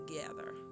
together